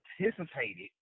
participated